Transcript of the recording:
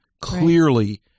Clearly